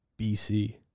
BC